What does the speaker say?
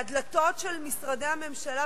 והדלתות של משרדי הממשלה,